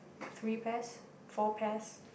three pairs four pairs